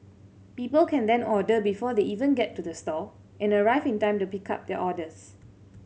people can then order before they even get to the store and arrive in time to pick up their orders